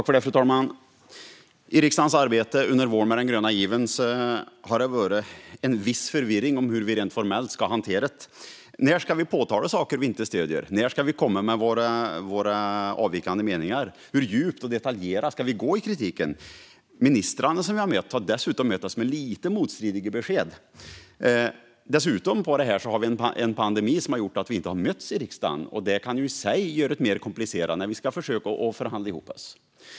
Fru talman! I riksdagens arbete under våren med den gröna given har det varit en viss förvirring om hur vi rent formellt ska hantera detta. När ska vi påtala saker som vi inte stöder? När ska vi komma med våra avvikande meningar? Hur djupt och detaljerat ska vi gå i kritiken? Ministrarna som vi har mött har mött oss med lite motstridiga besked. Dessutom har vi en pandemi som har gjort att vi inte har mötts i riksdagen, och det kan i sig göra det mer komplicerat att försöka förhandla ihop oss.